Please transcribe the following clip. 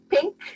pink